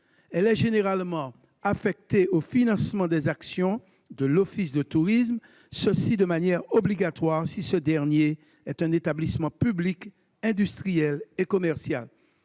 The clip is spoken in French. Elle est généralement affectée au financement des actions de l'office de tourisme, de manière obligatoire si ce dernier est un établissement public industriel et commercial,